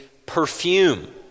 perfume